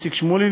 איציק שמולי,